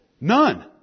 None